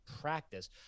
practice